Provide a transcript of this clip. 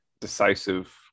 decisive